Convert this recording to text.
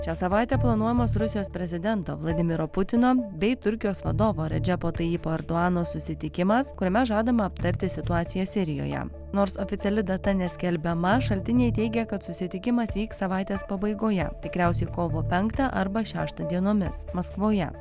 šią savaitę planuojamas rusijos prezidento vladimiro putino bei turkijos vadovo redžepo tajipo erduano susitikimas kuriame žadama aptarti situaciją sirijoje nors oficiali data neskelbiama šaltiniai teigia kad susitikimas vyks savaitės pabaigoje tikriausiai kovo penktą arba šeštą dienomis maskvoje